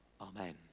Amen